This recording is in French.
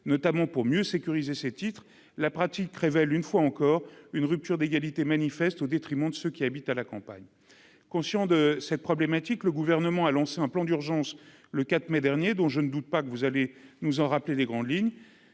notamment pour mieux sécuriser ses titres la pratique révèle une fois encore, une rupture d'égalité manifeste au détriment de ceux qui habitent à la campagne, conscient de cette problématique, le gouvernement a lancé un plan d'urgence le 4 mai dernier dont je ne doute pas que vous allez nous en rappelé les grandes lignes,